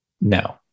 No